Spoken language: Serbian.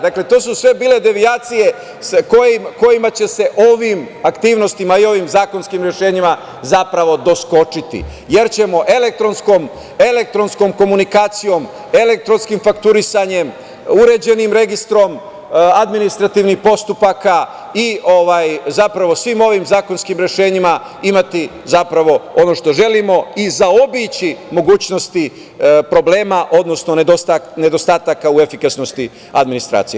Dakle, to su sve bile devijacije kojima će se ovim aktivnostima i ovim zakonskim rešenjima, zapravo doskočiti, jer ćemo elektronskom komunikacijom, elektronskim fakturisanjem, uređenim Registrom, administrativnih postupaka i svim ovim zakonskim rešenjima imati ono što želimo i zaobići mogućnosti problema, odnosno nedostataka u efikasnosti administracije.